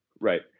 Right